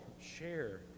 share